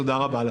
תודה רבה לך.